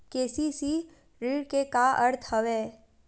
KCC ऋण के का अर्थ हवय?